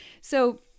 So-